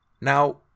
Now